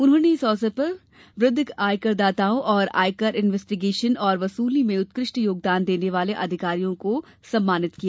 उन्होंने इस अवसर पर वृद्ध आयकरदाताओं और आयकर इन्वेस्टिगेशन और वसूली में उत्कृष्ट योगदान देने वाले अधिकारियों को शाल श्रीफल भेंट कर सम्मानित किया